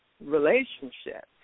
relationship